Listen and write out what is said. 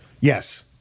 yes